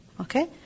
Okay